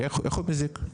איך הוא מזיק?